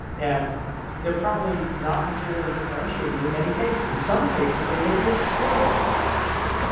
and they're probably not materially differentiated in many cases. in some cases, they may be extraordinarily differentiated.